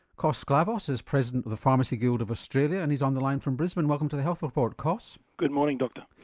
kos sclavos is president of the pharmacy guild of australia and he's on the line from brisbane. welcome to the health report, kos. good morning, doctor.